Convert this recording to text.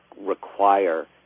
require